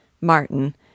Martin